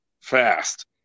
fast